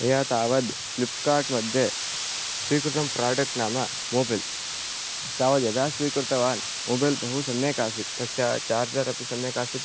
मया तावद् फ़्लिप्कार्ट् मध्ये स्वीकृतं प्राडक्ट् नाम मोबैल् तावद् यदा स्वीकृतवान् मोबैल् बहु सम्यक् आसीत् तस्य चार्जर् अपि सम्यक् आसीत्